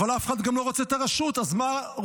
אבל אף אחד גם לא רוצה את הרשות, אז מה רוצים?